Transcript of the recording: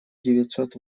девятьсот